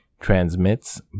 transmits